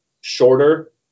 shorter